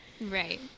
Right